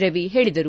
ರವಿ ಹೇಳದರು